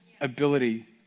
ability